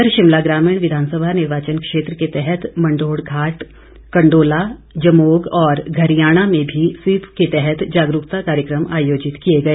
इधर शिमला ग्रामीण विधानसभा निर्वाचन क्षेत्र के तहत मंढोड़घाट कंडोला जमोग और घरियाणा में भी स्वीप के तहत जागरूकता कार्यक्रम आयोजित किए गए